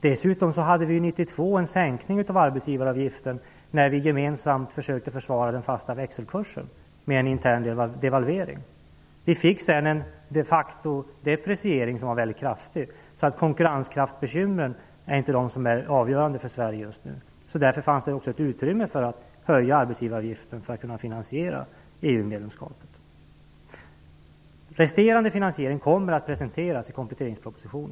Dessutom hade vi 1992 en sänkning av arbetsgivaravgiften när vi gemensamt försökte försvara den fasta växelkursen med en intern devalvering. Vi fick sedan de facto en depreciering som var mycket kraftig. Konkurrenskraftsbekymren är inte avgörande för Sverige just nu. Därför fanns det också ett utrymme för att höja arbetsgivaravgiften för att kunna finansiera EU-medlemskapet. Resterande finansiering kommer att presenteras i kompletteringspropositionen.